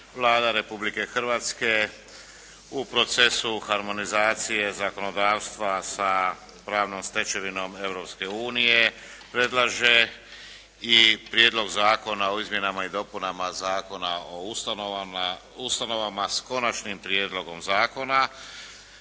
Vlada Republike Hrvatske u procesu harmonizacije zakonodavstva sa pravnom stečevinom Europske unije predlaže i Prijedlog zakona o izmjenama i dopunama Zakona o ustanovama s Konačnim prijedlogom zakona